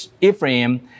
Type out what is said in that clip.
Ephraim